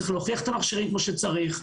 צריך להוכיח את המכשירים כמו שצריך,